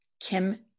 Kim